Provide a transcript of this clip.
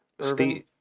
Steve